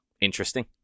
interesting